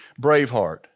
Braveheart